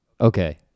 Okay